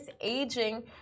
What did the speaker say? aging